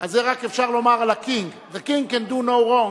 אז את זה רק אפשר לומר על ה-king: the king can do no wrong,